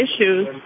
issues